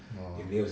orh